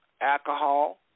Alcohol